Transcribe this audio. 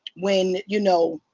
when, you know,